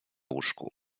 łóżku